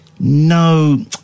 No